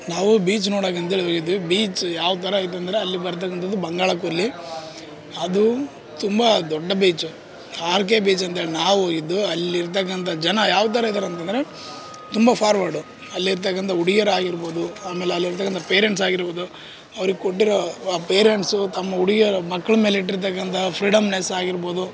ನಾವೂ ಬೀಚ್ ನೋಡೋಕ್ ಅಂತೇಳಿ ಹೋಗಿದ್ವಿ ಬೀಚ್ ಯಾವ ಥರ ಐತಂದರೆ ಅಲ್ಲಿ ಬರ್ತಕ್ಕಂಥದ್ದು ಬಂಗಾಳ ಕೊಲ್ಲಿ ಅದೂ ತುಂಬ ದೊಡ್ಡ ಬೀಚ್ ಆರ್ಕೆ ಬೀಚ್ ಅಂತೇಳಿ ನಾವೋಗಿದ್ದು ಅಲ್ಲಿರ್ತಕ್ಕಂಥ ಜನ ಯಾವ ಥರ ಇದ್ದಾರೆ ಅಂತಂದರೆ ತುಂಬ ಫಾರ್ವರ್ಡು ಅಲ್ಲಿರ್ತಕ್ಕಂಥ ಹುಡಿಗೀರ್ ಆಗಿರ್ಬೋದು ಆಮೇಲೆ ಅಲ್ಲಿರ್ತಕ್ಕಂಥ ಪೇರೆಂಟ್ಸ್ ಆಗಿರ್ಬೋದು ಅವ್ರಿಗೆ ಕೊಟ್ಟಿರೋ ಪೇರೆಂಟ್ಸು ತಮ್ಮ ಹುಡಿಗೀರ್ ಮಕ್ಳು ಮೇಲೆ ಇಟ್ಟಿರ್ತಕ್ಕಂಥ ಫ್ರೀಡಂ ನೆಸ್ ಆಗಿರ್ಬೋದು